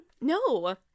No